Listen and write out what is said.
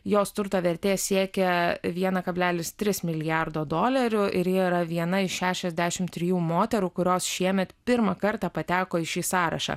jos turto vertė siekia vieną kablelis tris milijardo dolerių ir ji yra viena iš šešiasdešimt trijų moterų kurios šiemet pirmą kartą pateko į šį sąrašą